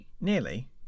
Nearly